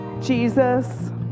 jesus